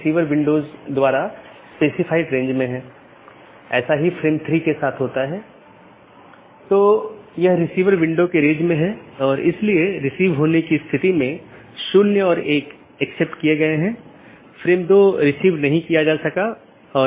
एक गैर मान्यता प्राप्त ऑप्शनल ट्रांसिटिव विशेषता के साथ एक पथ स्वीकार किया जाता है और BGP साथियों को अग्रेषित किया जाता है